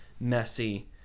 messy